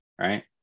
Right